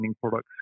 products